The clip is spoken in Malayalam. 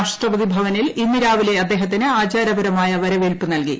രാഷ്ട്രപതി ഭവനിൽ ഇന്ന് രാവിലെ അദ്ദേഹത്തിന് ആചാരപരമായ വരവേൽപ്പ് നൽകി